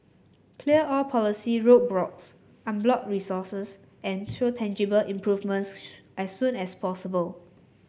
clear all policy roadblocks unblock resources and show tangible improvements as soon as possible